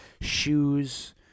Shoes